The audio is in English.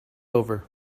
over